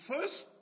first